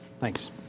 Thanks